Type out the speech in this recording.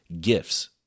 gifts